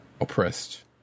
oppressed